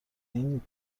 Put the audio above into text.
این